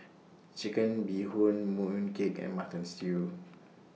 Chicken Bee Hoon Mooncake and Mutton Stew